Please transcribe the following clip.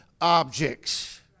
objects